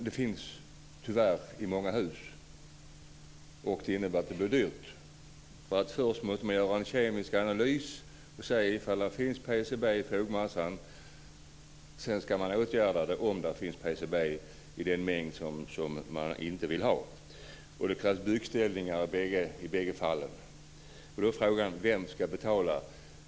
Det finns tyvärr i många hus, och det innebär att det blir dyrt. Först måste man göra en kemisk analys och se om det finns PCB i fogmassan. Sedan ska man åtgärda det om det finns PCB i en mängd som man inte vill ha. Det krävs byggställningar i bägge fallen. Då är frågan vem som ska betala.